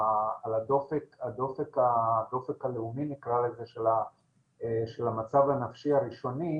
הדופק הלאומי נקרא לזה, של המצב הנפשי הראשוני.